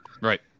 Right